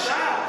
בבקשה.